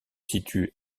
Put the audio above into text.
situe